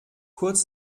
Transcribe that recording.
kurz